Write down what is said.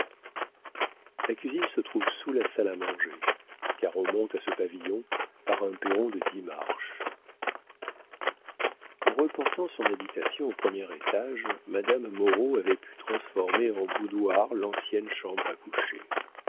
la cuisine se trouve sous la salle à manger car on monte à ce pavillon par un perron de dix marches en reportant son habitation au premier étage madame moreau avait pu transformer en boudoir l'ancienne chambre à coucher